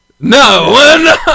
No